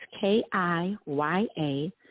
K-I-Y-A